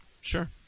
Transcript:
sure